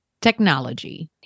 Technology